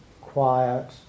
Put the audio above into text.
quiet